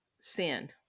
sin